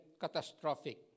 catastrophic